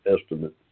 estimate